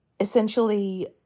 Essentially